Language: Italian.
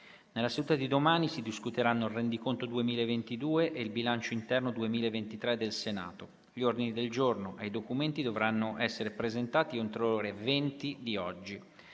Nella seduta di domani si discuteranno il rendiconto 2022 e il bilancio interno 2023 del Senato. Gli ordini del giorno ai documenti dovranno essere presentati entro le ore 20 di oggi.